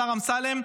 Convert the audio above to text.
השר אמסלם,